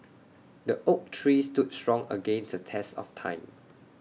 the oak tree stood strong against the test of time